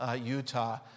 Utah